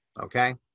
okay